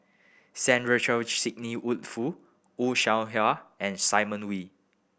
Sandrasegaran Sidney Woodhull Fan Shao Hua and Simon Wee